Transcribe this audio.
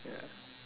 yeah